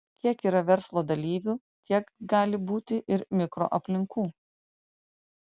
kiek yra verslo dalyvių tiek gali būti ir mikroaplinkų